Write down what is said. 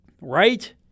right